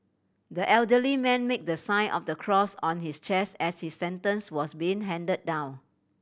the elderly man made the sign of the cross on his chest as his sentence was being handed down